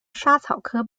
莎草科